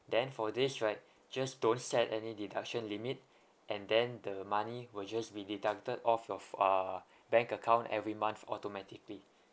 then for this right just don't set any deduction limit and then the money will just be deducted off your of ah bank account every month automatically